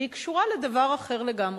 אלא היא קשורה לדבר אחר לגמרי,